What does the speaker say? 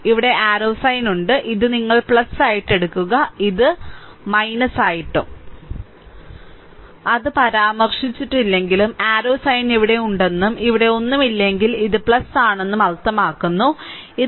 ഇവിടെ arrow sign ഉണ്ട് ഇതു നിങ്ങൾ ആയിട്ട് എടുക്കുക ഇതു ആയിട്ടും അത് പരാമർശിച്ചിട്ടില്ലെങ്കിലും ആരോ സൈൻ ഇവിടെ ഉണ്ടെന്നും ഇവിടെ ഒന്നുമില്ലെങ്കിൽ ഇത് ആണെന്നും അർത്ഥമാക്കുന്നു ഇതാണ്